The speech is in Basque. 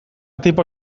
tipo